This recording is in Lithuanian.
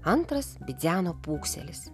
antras bidzeno pūkselis